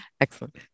Excellent